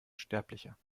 sterblicher